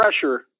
pressure